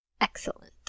Excellent